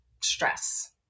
stress